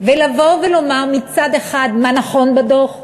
ולבוא ולומר מצד אחד מה נכון בדוח,